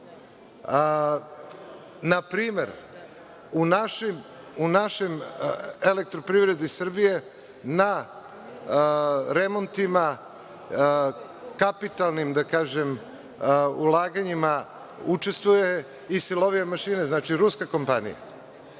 Na primer, u našoj Elektroprivredi Srbije na remontima kapitalnim, da kažem, ulaganjima učestvuje Silovljev mašine, znači, ruska kompanija.